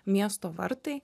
miesto vartai